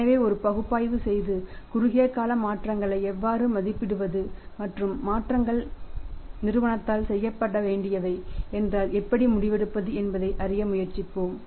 எனவே ஒரு பகுப்பாய்வு செய்து குறுகிய கால மாற்றங்களை எவ்வாறு மதிப்பிடுவது மற்றும் மாற்றங்கள் நிறுவனத்தால் செய்யப்பட வேண்டியவை என்றால் எப்படி முடிவெடுப்பது என்பதை அறிய முயற்சிப்போம்